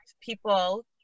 people